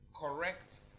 Correct